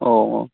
ꯑꯣ